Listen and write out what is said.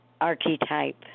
archetype